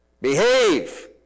behave